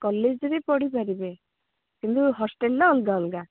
କଲେଜରେ ପଢ଼ି ପାରିବେ କିନ୍ତୁ ହଷ୍ଟେଲରେ ଅଲଗା ଅଲଗା